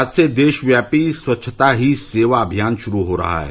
आज से देशव्यापी स्वच्छता ही सेवा अभियान शुरू हो रहा है